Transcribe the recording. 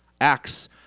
Acts